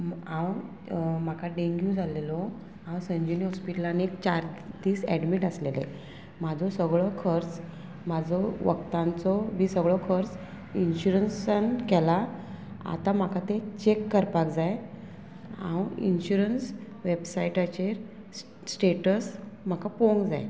हांव म्हाका डेंग्यू जाल्लेलो हांव संजिवनी हॉस्पिटलान एक चार दीस एडमीट आसलेले म्हाजो सगळो खर्च म्हाजो वखदांचो बी सगळो खर्च इन्शुरंसान केला आतां म्हाका ते चॅक करपाक जाय हांव इन्शुरंस वेबसायटाचेर स्टेटस म्हाका पळोवंक जाय